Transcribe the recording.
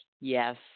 yes